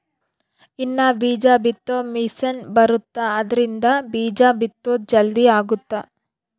ಇನ್ನ ಬೀಜ ಬಿತ್ತೊ ಮಿಸೆನ್ ಬರುತ್ತ ಆದ್ರಿಂದ ಬೀಜ ಬಿತ್ತೊದು ಜಲ್ದೀ ಅಗುತ್ತ